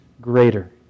greater